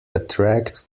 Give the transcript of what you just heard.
attracted